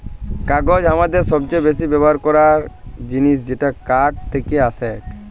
কাগজ হামাদের সবচে বেসি ব্যবহার করাক জিনিস যেটা কাঠ থেক্কে আসেক